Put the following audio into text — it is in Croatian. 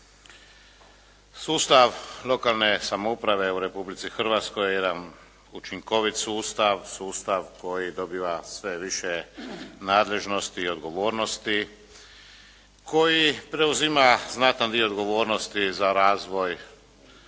Sustav lokalne samouprave u Republici Hrvatskoj je jedan učinkovit sustav, sustav koji dobiva sve više nadležnosti i odgovornosti, koji preuzima znatan dio odgovornosti za razvoj